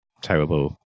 terrible